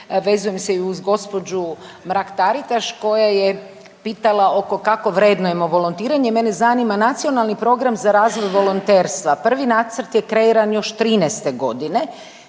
vezujem se i uz gđu. Mrak-Taritaš koja je pitala oko kako vrednujemo volontiranje, mene zanima Nacionalni program za razvoj volonterstva, prvi nacrt je kreiran još '13. g.,